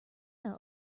mina